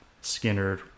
skinner